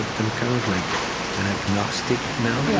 and i'm kind of like an agnostic now. yeah